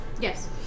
Yes